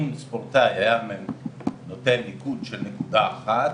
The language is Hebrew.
אם ספורטאי היה נותן ניקוד של נקודה אחת,